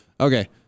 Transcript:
Okay